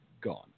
gone